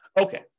Okay